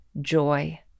joy